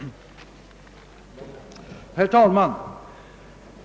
Herr talman!